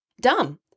dumb